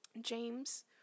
James